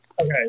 Okay